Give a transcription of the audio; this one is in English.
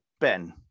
Ben